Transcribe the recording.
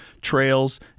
trails